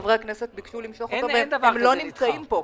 חברי הכנסת ביקשו למשוך אותו והם לא נמצאים פה.